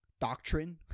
doctrine